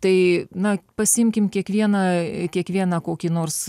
tai na pasiimkim kiekvieną kiekvieną kokį nors